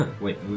Wait